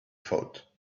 thought